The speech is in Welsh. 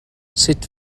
sut